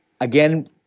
again